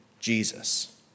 Jesus